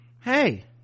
hey